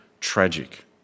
tragic